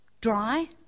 dry